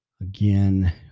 again